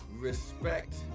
respect